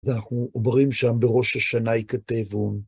ואנחנו אומרים שם בראש השנה יכתבו.